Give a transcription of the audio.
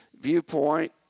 viewpoint